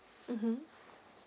mmhmm